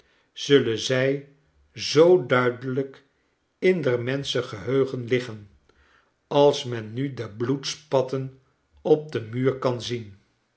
zullen zij zoo duidelijk in der menschen geheugen liggen als men nu de bloedspatten op den muur kan zien